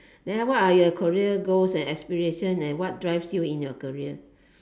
then what are your career goals and aspirations and what drives you in your career